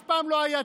אף פעם לא הייתה,